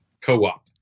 Co-op